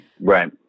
Right